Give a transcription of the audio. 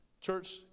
Church